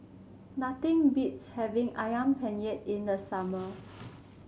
nothing beats having ayam Penyet in the summer